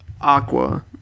aqua